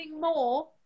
more